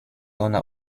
ona